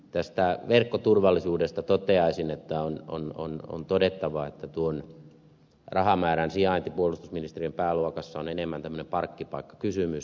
tästä verkkoturvallisuudesta toteaisin että on todettava että tuon rahamäärän sijainti puolustusministeriön pääluokassa on enemmän tämmöinen parkkipaikkakysymys